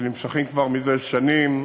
שנמשכים כבר שנים,